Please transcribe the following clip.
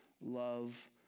love